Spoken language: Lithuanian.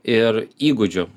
ir įgūdžių